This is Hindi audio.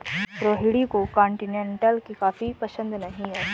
रोहिणी को कॉन्टिनेन्टल की कॉफी पसंद नहीं है